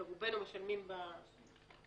ורובנו משלמים באינטרנט,